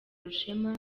rushema